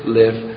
live